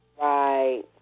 Right